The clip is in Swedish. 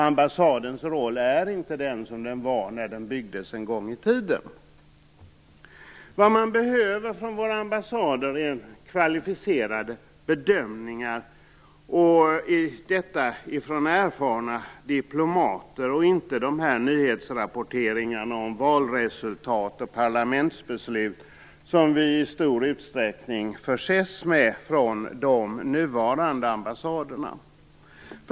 Ambassadens roll är inte vad den var när den byggdes upp en gång i tiden. Från våra ambassader behöver vi få kvalificerade bedömningar från erfarna diplomater och inte sådana nyhetsrapporteringar om valresultat och parlamentsbeslut som vi i stor utsträckning förses med av de nuvarande ambassaderna.